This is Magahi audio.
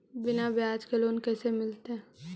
बिना ब्याज के लोन कैसे मिलतै?